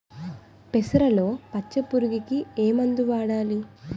పెసరలో పచ్చ పురుగుకి ఏ మందు వాడాలి?